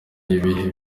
n’ibihe